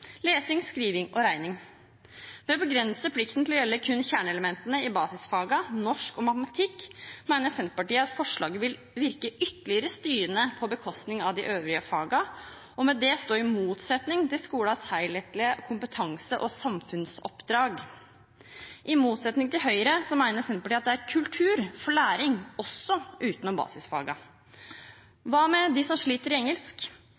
lesing, skriving og regning. Ved å begrense plikten til å gjelde kun kjerneelementene i basisfagene norsk og matematikk mener Senterpartiet at forslaget vil virke ytterligere styrende på bekostning av de øvrige fagene og med det stå i motsetning til skolens helhetlige kompetanse- og samfunnsoppdrag. I motsetning til Høyre mener Senterpartiet det er kultur for læring også utenom basisfagene. Hva med dem som sliter i engelsk?